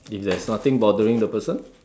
if there's nothing bothering the person